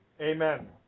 Amen